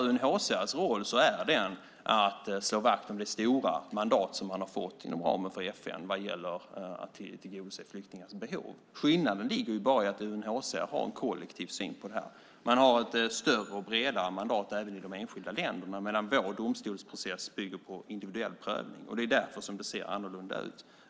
UNHCR:s roll är att slå vakt om det stora mandat som man har fått inom ramen för FN vad gäller att tillgodose flyktingarnas behov. Skillnaden ligger bara i att UNHCR har en kollektiv syn på det här. Man har ett större och bredare mandat, även i de enskilda länderna, medan vår domstolsprocess bygger på individuell prövning. Det är därför som det ser annorlunda ut.